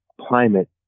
climate